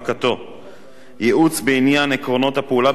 ייעוץ בעניין עקרונות הפעולה בחיפושי נפט והיקף